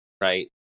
right